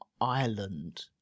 Ireland